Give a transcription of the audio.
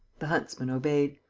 the huntsman obeyed.